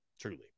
Truly